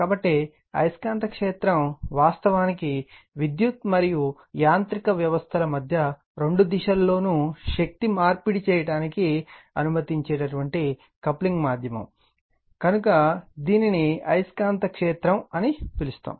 కాబట్టి అయస్కాంత క్షేత్రం వాస్తవానికి విద్యుత్ మరియు యాంత్రిక వ్యవస్థల మధ్య రెండు దిశలలోనూ శక్తిని మార్పిడి చేయడానికి అనుమతించే కప్లింగ్ మాధ్యమం కనుక దీనిని అయస్కాంత క్షేత్రం అని పిలుస్తారు